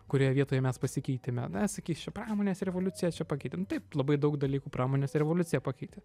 kurioje vietoje mes pasikeitėme na sakys čia pramonės revoliucija čia pakeitė nu taip labai daug dalykų pramonės revoliucija pakeitė